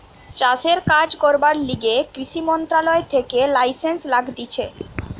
চাষের কাজ করার লিগে কৃষি মন্ত্রণালয় থেকে লাইসেন্স লাগতিছে